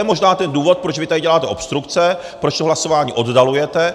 To je možná ten důvod, proč vy tady děláte obstrukce, proč to hlasování oddalujete.